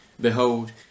Behold